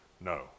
no